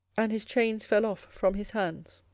and his chains fell off from his hands.